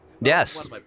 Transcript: Yes